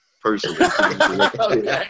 personally